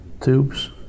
tubes